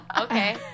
okay